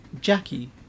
Jackie